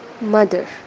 mother